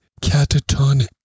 catatonic